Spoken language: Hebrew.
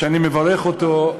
שאני מברך אותו,